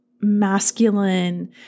masculine